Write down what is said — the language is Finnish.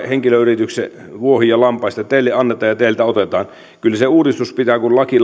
henkilöyrityksiä jakaa vuohiin ja lampaisiin että teille annetaan ja teiltä otetaan kyllä sen uudistuksen pitää kun laki